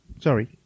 sorry